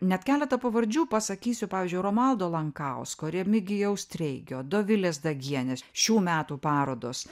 net keletą pavardžių pasakysiu pavyzdžiui romualdo lankausko remigijaus treigio dovilės dagienės šių metų parodos